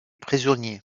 prisonnier